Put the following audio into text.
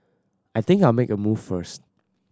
I think I'll make a move first